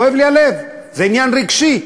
כואב לי הלב, זה עניין רגשי.